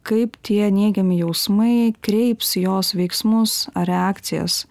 kaip tie neigiami jausmai kreips jos veiksmus reakcijas